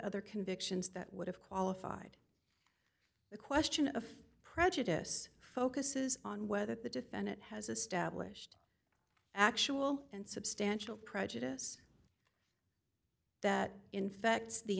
other convictions that would have qualified the question of prejudice focuses on whether the defendant has established actual and substantial prejudice that infects the